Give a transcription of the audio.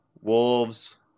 Wolves